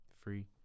Free